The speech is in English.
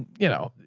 you know,